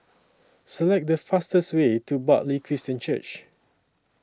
Select The fastest Way to Bartley Christian Church